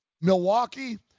Milwaukee